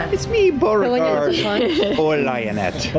um it's me, beauregard o'lionett.